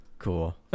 cool